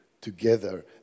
together